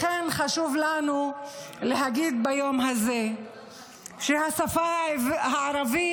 לכן חשוב לנו להגיד ביום הזה שהשפה הערבית